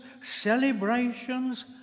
celebrations